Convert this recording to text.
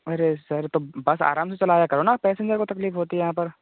अरे सर तो बस आराम से चलाया करो ना पैसेंजर को तकलीफ होती है यहाँ पर